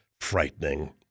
frightening